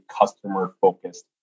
customer-focused